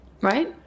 right